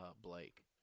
Blake